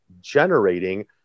generating